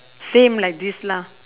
same like this lah